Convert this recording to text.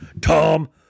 Tom